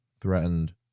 threatened